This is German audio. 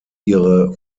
ihre